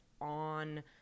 on